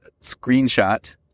screenshot